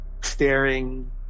staring